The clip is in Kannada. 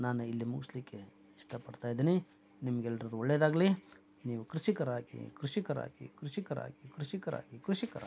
ನಾನು ಇಲ್ಲಿ ಮುಗಿಸ್ಲಿಕ್ಕೆ ಇಷ್ಟಪಡ್ತಾ ಇದ್ದೀನಿ ನಿಮ್ಗೆಲ್ರಿಗೂ ಒಳ್ಳೆದಾಗಲಿ ನೀವು ಕೃಷಿಕರಾಗಿ ಕೃಷಿಕರಾಗಿ ಕೃಷಿಕರಾಗಿ ಕೃಷಿಕರಾಗಿ ಕೃಷಿಕರಾಗಿ